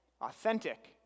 Authentic